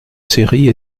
série